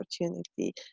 opportunity